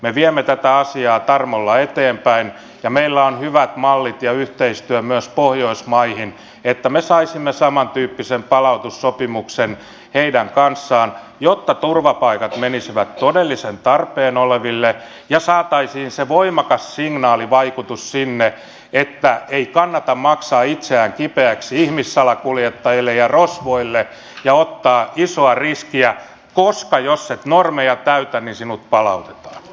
me viemme tätä asiaa tarmolla eteenpäin ja meillä on hyvät mallit ja yhteistyö myös pohjoismaihin että me saisimme samantyyppisen palautussopimuksen heidän kanssaan jotta turvapaikat menisivät todellisessa tarpeessa oleville ja saataisiin voimakas signaalivaikutus sinne että ei kannata maksaa itseään kipeäksi ihmissalakuljettajille ja rosvoille ja ottaa isoa riskiä koska jos et normeja täytä niin sinut palautetaan